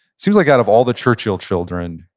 seems like out of all the churchill children,